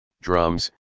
Drums